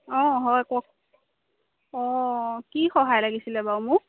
অঁ হয় কওক কি সহায় লাগিছিলে বাৰু মোক